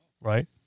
right